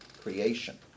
creation